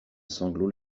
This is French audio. sanglot